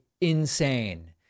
insane